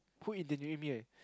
who eat